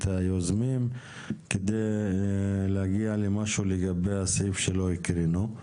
היוזמים כדי להגיע למשהו לגבי הסעיף שלא הקראנו.